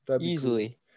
easily